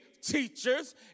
teachers